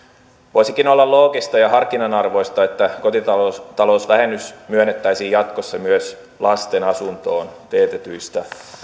voisikin olla loogista ja harkinnan arvoista että kotitalousvähennys myönnettäisiin jatkossa myös lasten asuntoon teetetyistä